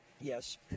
Yes